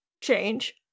change